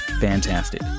fantastic